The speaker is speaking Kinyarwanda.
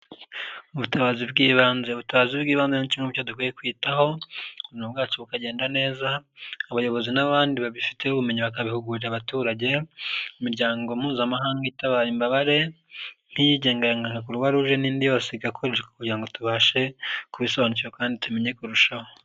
Ubutabazi bw'ibanze. Ubutabazi bw'ibanze ni kimwe mu byo dukwiye kwitaho ubuzima bwacu bukagenda neza, abayobozi n'abandi babifitiyeho ubumenyi bakabihugurira abaturage, imiryango mpuzamahanga itabara imbabare nk'iyigenga nka kuruwaruge n'indi yose igakoreshwa kugirango tubashe kubisobanukirwa kandi tumenye kurushaho.